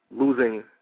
losing